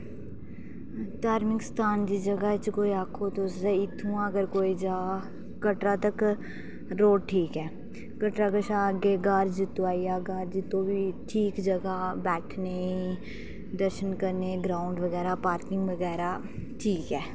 धार्मिक स्थान दी जगह पर आक्खो तुस कि इत्थुआं अगर कोई जा कटरा तक्क रोड़ ठीक ऐ कटरा कशा अग्गें ग्हार जित्तो आइया ग्हार जित्तो बी ठीक जगह बैठने ई दर्शन करने गी ग्राऊंड बगैरा पार्किंग करने गी ठीक ऐ